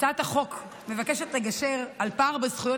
הצעת החוק מבקשת לגשר על פער בזכויות